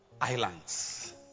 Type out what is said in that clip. Islands